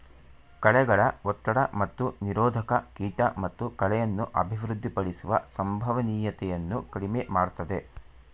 ಕಳೆಗಳ ಒತ್ತಡ ಮತ್ತು ನಿರೋಧಕ ಕೀಟ ಮತ್ತು ಕಳೆಯನ್ನು ಅಭಿವೃದ್ಧಿಪಡಿಸುವ ಸಂಭವನೀಯತೆಯನ್ನು ಕಡಿಮೆ ಮಾಡ್ತದೆ